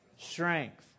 strength